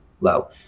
low